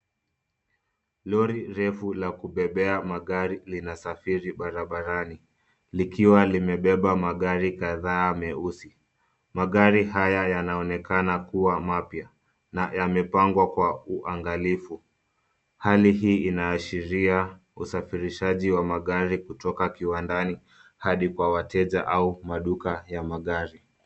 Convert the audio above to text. Lori refu la kubebea magari linasafiri barabarani likiwa limebeba magari kadhaa meusi . Magari haya yanaonekana kuwa mapya na yamepangwa kwa uangalifu. Hali hii inaashiria usafirishaji wa magari kutoka kiwandani hadi kwa wateja au maduka ya magari.